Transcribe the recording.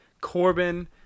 corbin